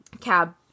Cab